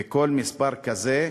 וכל מספר כזה,